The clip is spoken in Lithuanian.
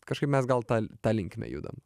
kažkaip mes gal ta ta linkme judam